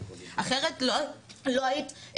אחרת לא היית,